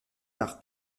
par